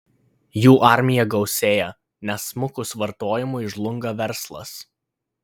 jų armija gausėja nes smukus vartojimui žlunga verslas